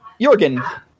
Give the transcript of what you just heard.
Jorgen